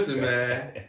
man